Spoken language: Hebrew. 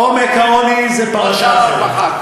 עומק העוני זה פרשה אחרת.